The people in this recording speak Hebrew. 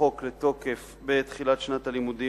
החוק לתוקף בעת תחילת שנת הלימודים,